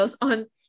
on